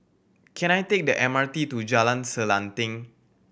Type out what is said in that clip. can I take the M R T to Jalan Selanting